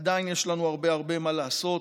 עדיין יש לנו הרבה הרבה מה לעשות.